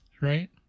right